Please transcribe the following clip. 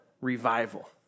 revival